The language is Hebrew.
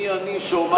מי אני שאומר לכם,